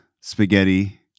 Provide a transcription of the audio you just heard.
spaghetti